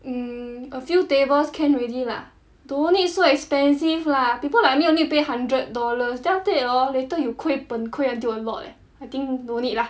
mm a few tables can already lah don't need so expensive lah people like me need to pay hundred dollars then after that hor later you 亏本亏 until a lot leh I think no need lah